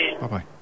Bye-bye